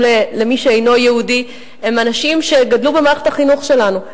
למי שאינו יהודי הם אנשים שגדלו במערכת החינוך שלנו.